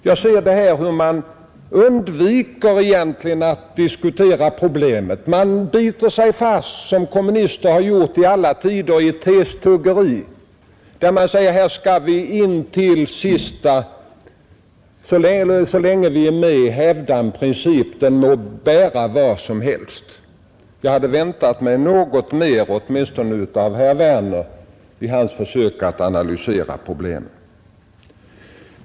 Man undviker alltså egentligen att diskutera problemet. Man biter sig fast, som kommunister har gjort i alla tider, i ett testuggeri och säger: ”Här skall vi så länge vi är med hävda en princip, den må bära vart som helst.” Jag hade väntat mig något mer genomtänkt åtminstone av herr Werner, när han försökte analysera problemet.